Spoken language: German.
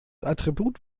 attribut